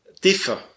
differ